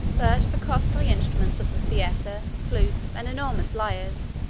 but the costly instruments of the theatre, flutes, and enormous lyres,